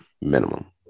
Minimum